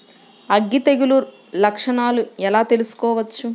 అగ్గి తెగులు లక్షణాలను ఎలా తెలుసుకోవచ్చు?